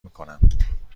میکنم